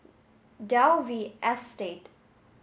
Dalvey Estate